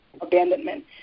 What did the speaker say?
abandonment